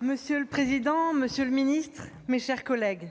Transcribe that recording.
Monsieur le président, monsieur le ministre, mes chers collègues,